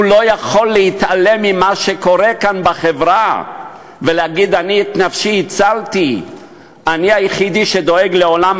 הוא לא יכול להתעלם ממה שקורה כאן בחברה ולהגיד: אני את נפשי הצלתי.